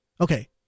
okay